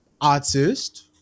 artist